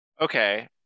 Okay